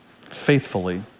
faithfully